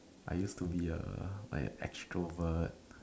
I used to be a like a extrovert